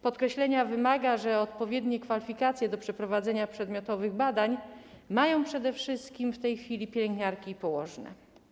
Podkreślenia wymaga to, że odpowiednie kwalifikacje do przeprowadzenia przedmiotowych badań mają przede wszystkim w tej chwili pielęgniarki i położne.